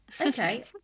okay